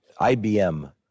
ibm